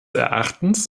erachtens